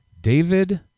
David